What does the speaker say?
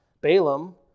Balaam